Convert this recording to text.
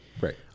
right